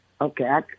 Okay